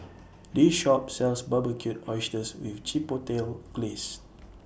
This Shop sells Barbecued Oysters with Chipotle Glaze